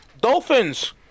dolphins